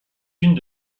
unes